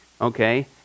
okay